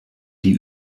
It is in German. die